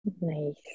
Nice